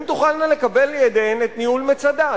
הן תוכלנה לקבל לידיהן את ניהול מצדה.